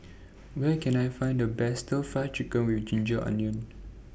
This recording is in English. Where Can I Find The Best Stir Fry Chicken with Ginger Onions